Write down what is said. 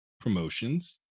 promotions